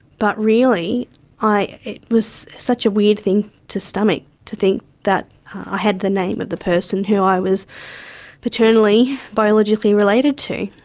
but really it was such a weird thing to stomach, to think that i had the name of the person who i was paternally biologically related to.